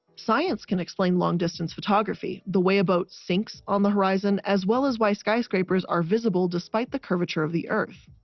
science can explain long distance photography the way a boat sinks on the horizon, as well as why skyscrapers are visible despite the curvature of the earth.